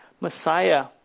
Messiah